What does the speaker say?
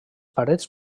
parets